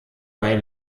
bei